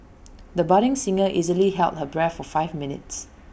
the budding singer easily held her breath for five minutes